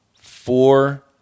four